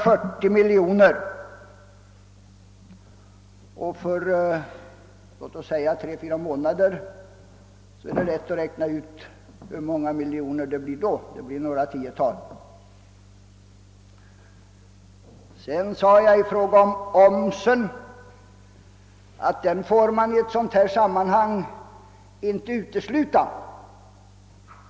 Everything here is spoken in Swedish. Hur många miljoner det blir för låt oss säga tre å fyra månader är lätt att räkna ut. Det blir några tiotal. I fråga om omsen sade jag att man inte får utesluta den i ett sådant här sammanhang.